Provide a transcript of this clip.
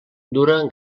dura